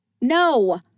No